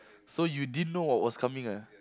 so you didn't know what was coming ah